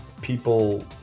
people